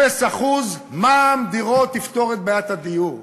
0% מע"מ על דירות יפתור את בעיית הדיור?